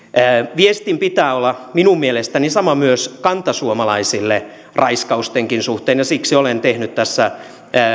viestin pitää olla minun mielestäni sama myös kantasuomalaisille raiskaustenkin suhteen ja siksi olen tehnyt tässä